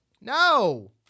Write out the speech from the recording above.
No